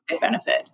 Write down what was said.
benefit